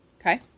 Okay